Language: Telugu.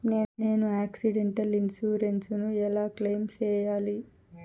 నేను ఆక్సిడెంటల్ ఇన్సూరెన్సు ను ఎలా క్లెయిమ్ సేయాలి?